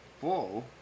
Whoa